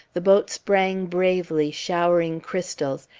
the boat sprang bravely, showering crystals,